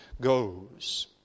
goes